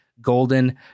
golden